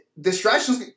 distractions